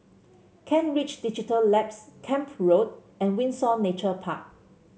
Kent Ridge Digital Labs Camp Road and Windsor Nature Park